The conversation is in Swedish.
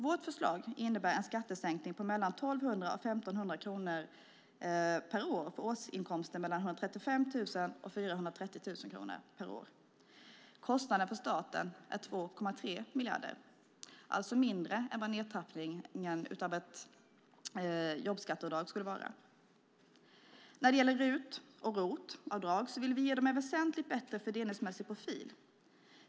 Vårt förslag innebär en skattesänkning på mellan 1 200 och 1 500 kronor per år vid årsinkomster på mellan 135 000 och 430 000 kronor. Kostnaden för staten är 2,3 miljarder, alltså mindre än vad nedtrappningen av ett jobbskatteavdrag skulle vara. Vi vill ge RUT och ROT-avdrag en väsentligt bättre fördelningsmässig profil.